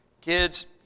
Kids